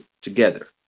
together